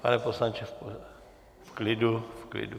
Pane poslanče, v klidu, v klidu.